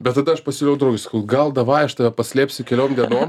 bet tada aš pasiūliau draugui gal davai aš tave paslėpsiu keliom dienom